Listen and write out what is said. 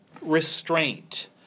restraint